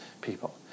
people